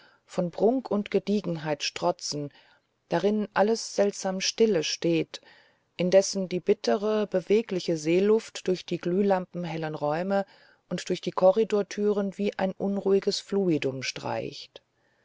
von prunk und gediegenheit strotzen darinnen alles seltsam stille steht indessen die bittere bewegliche seeluft durch die glühlampenhellen räume und durch die korridortüren wie ein unruhiges fluidum streicht